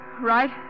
Right